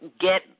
get